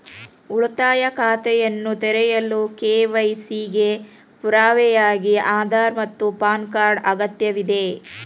ಉಳಿತಾಯ ಖಾತೆಯನ್ನು ತೆರೆಯಲು ಕೆ.ವೈ.ಸಿ ಗೆ ಪುರಾವೆಯಾಗಿ ಆಧಾರ್ ಮತ್ತು ಪ್ಯಾನ್ ಕಾರ್ಡ್ ಅಗತ್ಯವಿದೆ